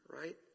right